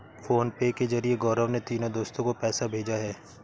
PhonePe के जरिए गौरव ने तीनों दोस्तो को पैसा भेजा है